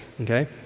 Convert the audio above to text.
okay